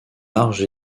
large